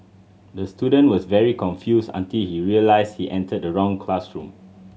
the student was very confused until he realised he entered the wrong classroom